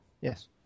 Yes